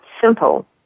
simple